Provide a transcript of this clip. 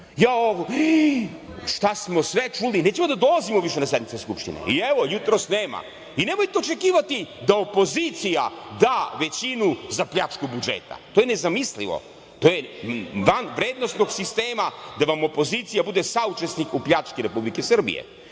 jaoj šta smo sve čuli, nećemo da dolazimo više na sednicu Skupštine i evo jutros nema, i nemojte očekivati da opozicija da većinu za pljačku budžeta i to je nezamislivo to je dan vrednosnog sistema da vam opozicija bude saučesnik u pljački Republike Srbije. Dakle,